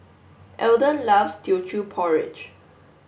Elden loves Teochew porridge